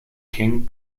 king